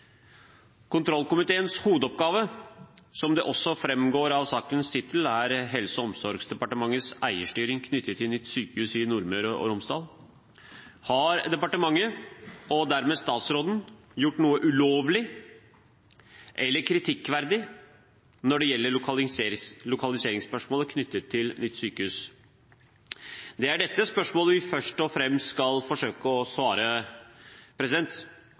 Kontrollkomiteens hovedoppgave – som det også framgår av sakens tittel – dreier seg om Helse- og omsorgsdepartementets eierstyring knyttet til nytt sykehus i Nordmøre og Romsdal: Har departementet – og dermed statsråden – gjort noe ulovlig eller kritikkverdig når det gjelder lokaliseringsspørsmålet knyttet til nytt sykehus? Det er dette spørsmålet vi først og fremst skal forsøke å svare